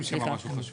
סליחה.